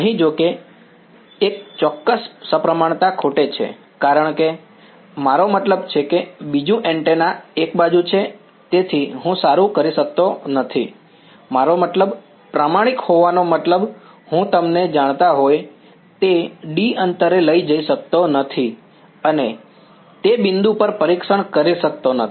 અહીં જો કે અહીં એક ચોક્કસ સમપ્રમાણતા ખૂટે છે કારણ કે મારો મતલબ છે કે બીજું એન્ટેના એક બાજુ છે તેથી હું સારું કરી શકતો નથી મારો મતલબ પ્રામાણિક હોવાનો મતલબ હું તમને જાણતા હોય તે d અંતરે લઈ જઈ શકતો નથી અને તે બિંદુ પર પરીક્ષણ કરી શકતો નથી